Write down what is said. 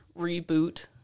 reboot